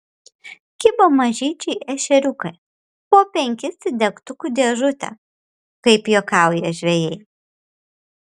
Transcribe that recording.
kibo mažyčiai ešeriukai po penkis į degtukų dėžutę kaip juokauja žvejai